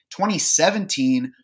2017